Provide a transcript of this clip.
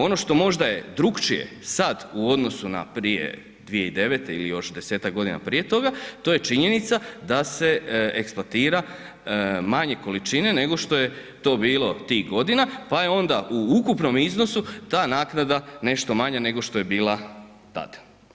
Ono što možda je drukčije sad u odnosu na prije 2009. ili još 10-tak godina prije toga, to je činjenica da se eksploatira manje količine nego što je to bilo tih godina, pa je onda u ukupnom iznosu ta naknada nešto manja nego što je bila tada.